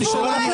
עבורנו.